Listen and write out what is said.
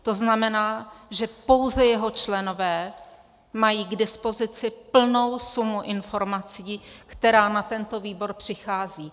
To znamená, že pouze jeho členové mají k dispozici plnou sumu informací, která na tento výbor přichází.